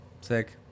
Sick